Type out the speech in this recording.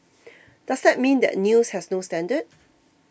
does that mean that news has no standard